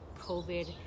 covid